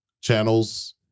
channels